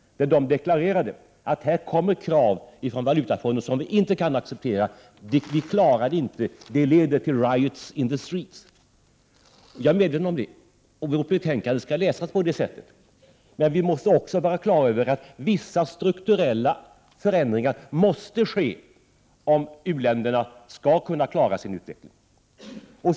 De deklarerade att Valutafonden ställde krav som de inte kunde acceptera. Vi klarar det inte, sade de. Det leder till ”riots in the streets”. Jag är medveten om detta, och vårt betänkande skall läsas på det sättet. Men vi måste också vara klara över att vissa strukturella förändringar måste ske, om u-länderna skall kunna klara sin utveckling.